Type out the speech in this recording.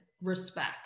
respect